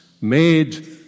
made